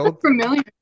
familiar